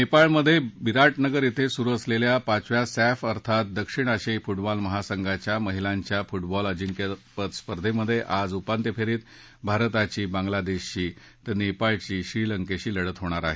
नेपाळमध्ये बिरा उगर इथं सुरू असलेल्या पाचव्या सॅफ अर्थात दक्षिण आशियायी फू बॉल महासंघाच्या महिलांच्या फू बॉल अजिंक्यपद स्पर्धेत आज उपांत्य फेरीत भारताची बांगलादेशशी तर नेपाळची श्रीलंकेशी लढत होणार आहे